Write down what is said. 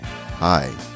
hi